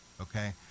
okay